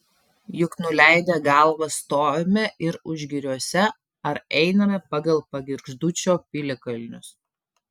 juk nuleidę galvas stovime ir užgiriuose ar einame pagal pagirgždūčio piliakalnius